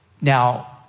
Now